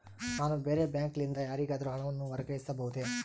ನಾನು ಬೇರೆ ಬ್ಯಾಂಕ್ ಲಿಂದ ಯಾರಿಗಾದರೂ ಹಣವನ್ನು ವರ್ಗಾಯಿಸಬಹುದೇ?